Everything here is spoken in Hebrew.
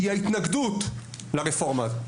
היא ההתנגדות לרפורמה?